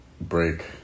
break